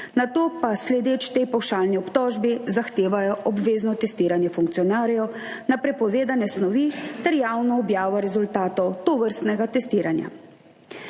nato pa, sledeč tej pavšalni obtožbi, zahtevajo obvezno testiranje funkcionarjev na prepovedane snovi ter javno objavo rezultatov tovrstnega testiranja.